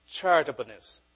charitableness